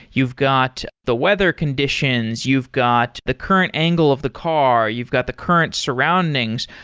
you've got the weather conditions. you've got the current angle of the car. you've got the current surroundings.